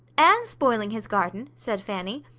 and spoiling his garden, said fanny.